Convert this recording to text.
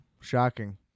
shocking